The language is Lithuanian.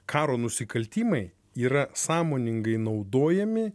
karo nusikaltimai yra sąmoningai naudojami